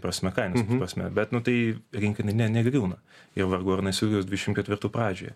prasme kainos prasme bet nu tai rinka jinai ne negriūna ir vargu ar jinai sugriūs dvidešimt ketvirtų pradžioj